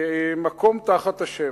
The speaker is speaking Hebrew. "מקום תחת השמש",